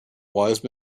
wise